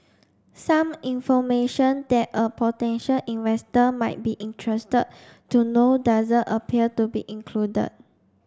some information that a potential investor might be interested to know doesn't appear to be included